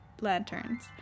lanterns